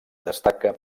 destaca